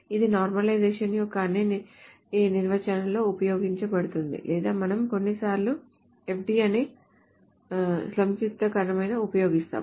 ఇది నార్మలైజేషన్ యొక్క అన్ని నిర్వచనాలలో ఉపయోగించ బడుతుంది లేదా మనం కొన్నిసార్లు FD అనే సంక్షిప్తీకరణను ఉపయోగిస్తాము